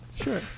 sure